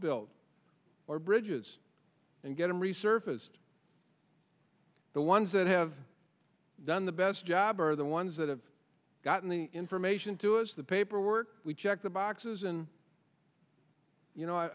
built or bridges and getting resurfaced the ones that have done the best job are the ones that have gotten the information too is the paperwork we checked the boxes and you know i